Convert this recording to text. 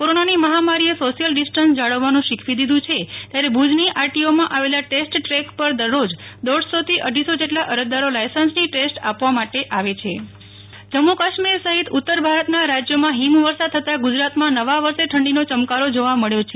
કોરોનાની મહામારીએ social distance જાળવવાનું શીખવી દીધું છે ત્યારે ભુજની આરટીઓમાં આવેલા ટેસ્ટ ટ્રેક પર દરરોજ દોઢસોથી અઢીસો જેટલા અરજદારો લાયસન્સની ટેસ્ટ આપવા માટે આવે છે નેહ્લ ઠક્કર ક્વામાન જમ્મુ કાશ્મીર સહિત ઉત્તર ભારતના રાજયોમાં હિમવર્ષા થતાં ગુજરાતમાં નવા વર્ષે ઠંડીનો યમકારો જોવા મબ્યો છે